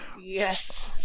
Yes